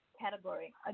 category